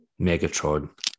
Megatron